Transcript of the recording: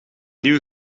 nieuwe